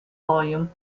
volume